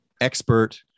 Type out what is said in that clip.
expert